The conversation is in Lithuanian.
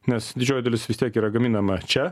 nes didžioji dalis vis tiek yra gaminama čia